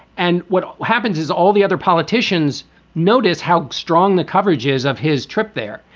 and what happens is all the other politicians notice how strong the coverage is of his trip there.